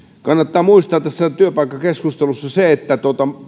kannattaa muistaa tässä työpaikkakeskustelussa se että